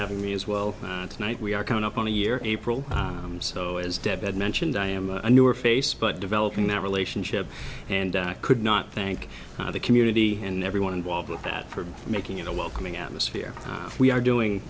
having me as well tonight we are coming up on a year april i'm so as deb had mentioned i am a newer face but developing that relationship and i could not thank the community and everyone involved with that for making it a welcoming atmosphere we are doing